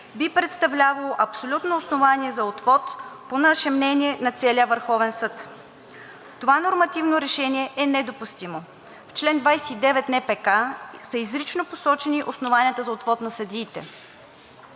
би представлявало абсолютно основание за отвод, по наше мнение, на целия Върховен съд. Това нормативно решение е недопустимо. В чл. 29 на НПК са изрично посочени основанията за отвод на съдиите.